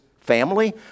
family